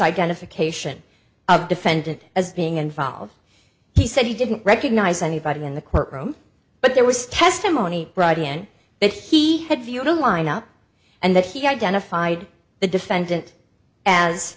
identification of defendant as being involved he said he didn't recognize anybody in the courtroom but there was testimony right in that he had viewed a lineup and that he identified the defendant as